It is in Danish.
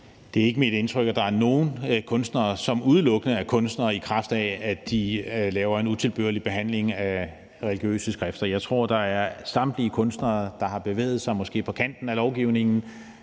Det er ikke mit indtryk, at der er nogen kunstnere, som udelukkende er kunstnere, i kraft af at de laver en utilbørlig behandling af religiøse skrifter. Jeg tror, at samtlige kunstnere, der måske har bevæget sig på kanten af lovgivningen,